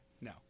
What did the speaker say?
No